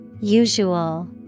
Usual